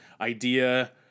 idea